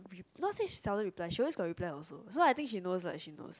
not say seldom reply she always got reply also so I think she knows lah she knows